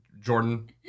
Jordan